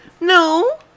No